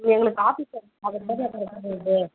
எங்களுக்கு office work பார்க்குறதுக்கு தானமாக கரெக்டாக இருக்குது